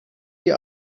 die